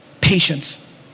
Patience